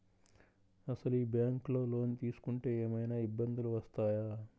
అసలు ఈ బ్యాంక్లో లోన్ తీసుకుంటే ఏమయినా ఇబ్బందులు వస్తాయా?